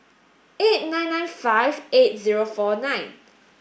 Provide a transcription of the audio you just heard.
eight nine nine five eight zero four nine